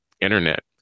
Internet